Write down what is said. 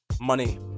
Money